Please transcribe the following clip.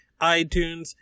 iTunes